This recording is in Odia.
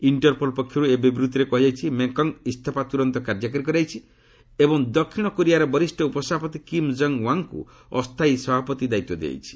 ଇଷ୍ଟରପୋଲ ପକ୍ଷରୁ ଏ ବିବୃତ୍ତିରେ କୁହାଯାଇଛି ମେଙ୍ଗଙ୍କ ଇସଫା ତୁରନ୍ତ କାର୍ଯ୍ୟକାରୀ କରାଯାଇଛି ଏବଂ ଦକ୍ଷିଣ କୋରିଆର ବରିଷ୍ଠ ଉପସଭାପତି କିମ୍ ଜଙ୍ଗ୍ ୱାଙ୍ଗ୍ଙ୍କୁ ଅସ୍ଥାୟୀ ସଭାପତି ଦାୟିତ୍ୱ ଦିଆଯାଇଛି